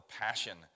passion